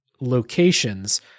locations